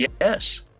Yes